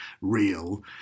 real –